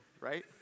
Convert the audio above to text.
right